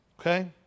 Okay